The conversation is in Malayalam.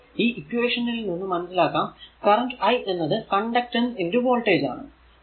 അപ്പോൾ ഈ ഇക്വേഷൻ ൽ നിന്നും മനസിലാക്കാം കറന്റ് i എന്നത് കണ്ടക്ടൻസ് വോൾടേജ് ആണ്